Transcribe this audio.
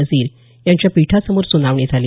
नजीर यांच्या पीठासमोर सुनावणी झाली